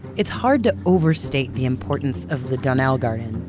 it's hard to overstate the importance of the donnell garden,